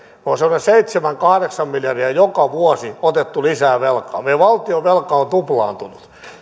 on semmoinen seitsemän viiva kahdeksan miljardia joka vuosi otettu lisää velkaa meidän valtionvelkamme on tuplaantunut